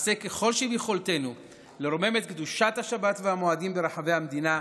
נעשה ככל שביכולתנו לרומם את קדושת השבת והמועדים ברחבי המדינה.